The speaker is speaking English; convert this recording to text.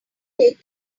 take